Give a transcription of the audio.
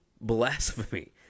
blasphemy